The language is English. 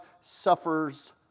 suffers